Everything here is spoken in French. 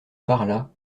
parlât